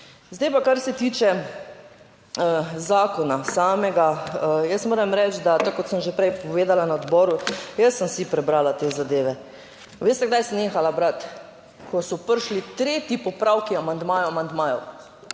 Zdaj pa, kar se tiče zakona samega, jaz moram reči, da, tako kot sem že prej povedala na odboru, jaz sem si prebrala te zadeve. Veste, kdaj sem nehala brati? Ko so prišli tretji popravki amandmajev, amandmajev.